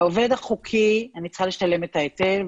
לעובד החוקי, אני צריכה לשלם את ההיטל.